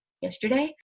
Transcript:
yesterday